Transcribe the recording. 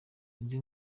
indi